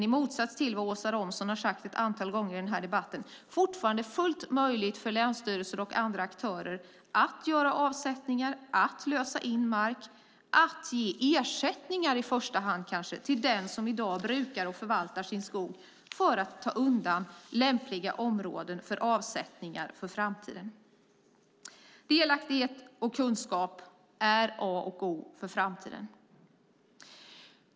I motsats till vad Åsa Romson har sagt ett antal gånger i den här debatten är det fortfarande fullt möjligt för länsstyrelsen och andra aktörer att göra avsättningar, lösa in mark och ge ersättning till den som brukar och förvaltar sin skog för att ta undan lämpliga områden för avsättning för framtiden. Delaktighet och kunskap är A och O för framtiden.